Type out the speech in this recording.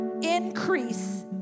increase